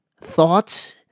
thoughts